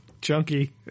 chunky